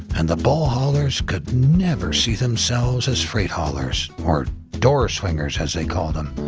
and the bull haulers could never see themselves as freight haulers, or door swingers as they call them,